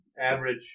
average